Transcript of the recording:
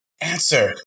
Answer